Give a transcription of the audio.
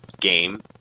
game